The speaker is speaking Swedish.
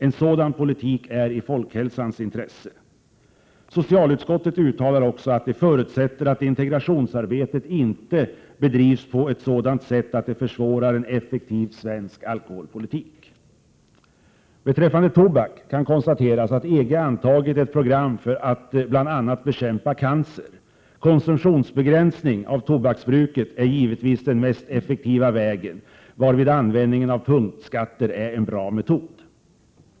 En sädan pohtik är 1 tolkhälsans intresse. Socialutskottet uttalar också att det förutsätter att integrationsarbetet inte bedrivs på ett sådant sätt att det försvårar en effektiv svensk alkoholpolitik. Beträffande tobak kan konstateras att EG antagit ett program för att bl.a. bekämpa cancer. Konsumtionsbegränsning är givetvis den mest effektiva vägen, varvid användning av punktskatter är en bra metod.